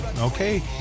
okay